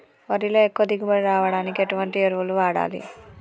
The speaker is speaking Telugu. వరిలో ఎక్కువ దిగుబడి రావడానికి ఎటువంటి ఎరువులు వాడాలి?